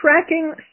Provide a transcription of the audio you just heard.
tracking